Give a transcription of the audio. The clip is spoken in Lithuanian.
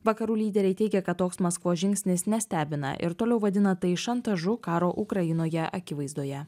vakarų lyderiai teigia kad toks maskvos žingsnis nestebina ir toliau vadina tai šantažu karo ukrainoje akivaizdoje